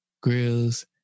grills